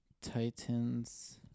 Titans